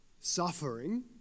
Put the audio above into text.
suffering